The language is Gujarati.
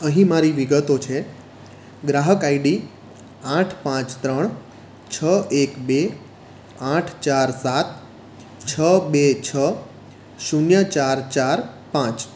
અહીં મારી વિગતો છે ગ્રાહક આઇડી આઠ પાંચ ત્રણ છ એક બે આઠ ચાર સાત છ બે છ શૂન્ય ચાર ચાર પાંચ